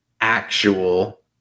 actual